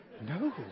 no